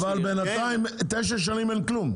אבל בינתיים תשע שנים שאין כלום.